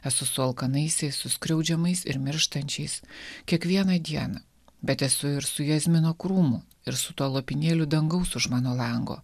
esu su alkanaisiais su skriaudžiamais ir mirštančiais kiekvieną dieną bet esu ir su jazmino krūmu ir su tuo lopinėliu dangaus už mano lango